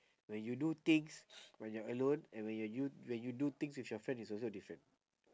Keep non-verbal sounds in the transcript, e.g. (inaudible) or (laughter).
when you do things (noise) when you are alone and when you you when you do things with your friend is also different